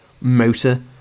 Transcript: motor